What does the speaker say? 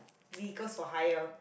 vehicles for hire